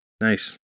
Nice